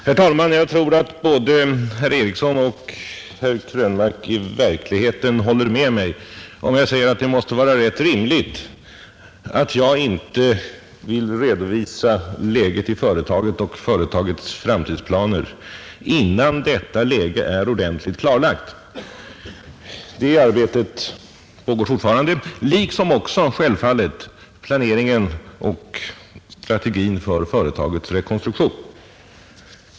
Herr talman! Jag tror att både herr Ericsson i Åtvidaberg och herr Krönmark i verkligheten håller med mig, när jag säger att det måste vara rätt rimligt att jag inte vill redovisa läget i företaget och företagets framtidsplaner, innan detta läge är ordentligt klarlagt. Det arbetet pågår fortfarande, liksom självfallet också planeringen och övervägandena om strategin för företagets rekonstruktion.